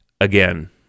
Again